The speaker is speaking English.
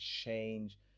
change